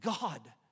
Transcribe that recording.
God